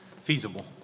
feasible